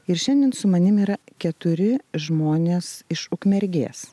ir šiandien su manimi yra keturi žmonės iš ukmergės